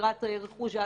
עבירת רכוש,